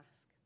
ask